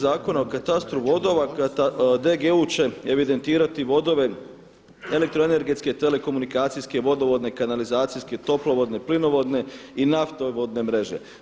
Zakona o katastru vodova DGU će evidentirati vodove elektroenergetske, telekomunikacijske, vodovodne, kanalizacijske, toplovodne, plinovodne i naftovodne mreže.